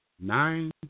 nine